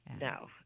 no